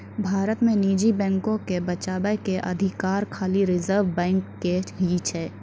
भारत मे निजी बैको के बचाबै के अधिकार खाली रिजर्व बैंक के ही छै